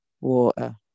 water